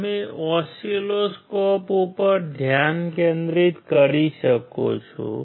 તમે ઓસિલોસ્કોપ ઉપર ધ્યાન કેન્દ્રિત કરી શકો છો